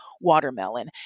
watermelon